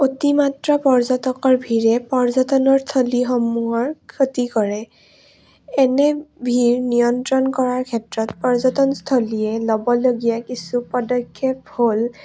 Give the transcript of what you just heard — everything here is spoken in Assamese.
অতিমাত্ৰা পৰ্যটকৰ ভিৰে পৰ্যটনৰ স্থলীসমূহৰ ক্ষতি কৰে এনে ভিৰ নিয়ন্ত্ৰণ কৰাৰ ক্ষেত্ৰত পৰ্যটনস্থলীয়ে ল'বলগীয়া কিছু পদক্ষেপ হ'ল